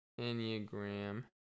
enneagram